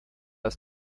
ist